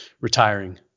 retiring